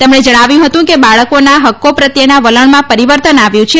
તેમણે જણાવ્યું હતું કે બાળકોના હક્કો પ્રત્યેના વલણમાં પરિવર્તન આવ્યું છે